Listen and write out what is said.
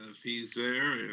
if he's there,